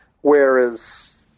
Whereas